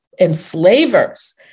enslavers